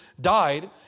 died